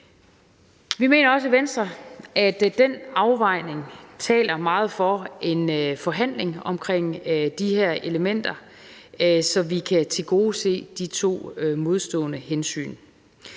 Vi mener også i Venstre, at den afvejning taler meget for en forhandling om de her elementer, så vi kan tilgodese de to modstående hensyn.